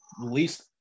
least